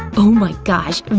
oh my gosh,